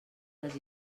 les